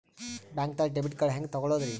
ಬ್ಯಾಂಕ್ದಾಗ debit card ಹೆಂಗ್ ತಗೊಳದ್ರಿ?